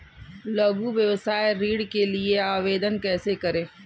लघु व्यवसाय ऋण के लिए आवेदन कैसे करें?